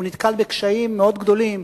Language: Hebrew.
נתקל בקשיים מאוד גדולים,